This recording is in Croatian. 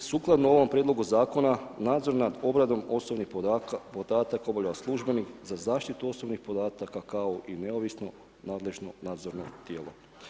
Također, sukladno ovom Prijedlogu zakona nadzor nad obradom osobnih podataka obavlja službenik za zaštitu osobnih podataka, kao i neovisno nadležno nadzorno tijelo.